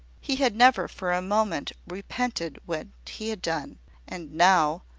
he had never for a moment repented what he had done and now,